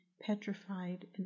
petrified